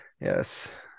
Yes